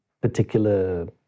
particular